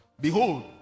behold